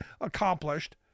accomplished